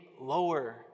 lower